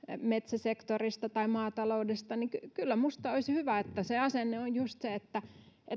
metsäsektorista tai maataloudesta niin kyllä minusta olisi hyvä että se asenne on just se että